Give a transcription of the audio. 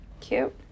cute